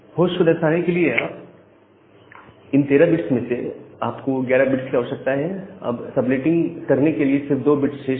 host को दर्शाने के लिए आप को इन 13 बिट्स में से 11 बिट्स की आवश्यकता है अब सबनेटिंग करने के लिए सिर्फ 2 बिट्स शेष है